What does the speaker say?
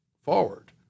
forward